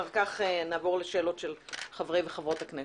אחר כך נעבור לשאלות של חברי וחברות הכנסת.